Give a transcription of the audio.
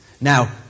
Now